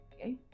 okay